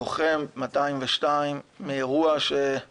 לוחם 202 מאירוע כל